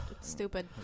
stupid